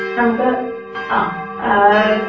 നമുക്ക് ആ